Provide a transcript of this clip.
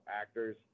actors